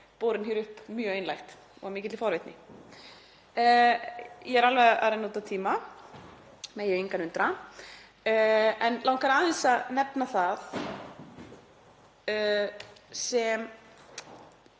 borin hér upp mjög einlægt og af mikilli forvitni. Ég er alveg að renna út á tíma, megi engan undra, en mig langar aðeins að nefna það sem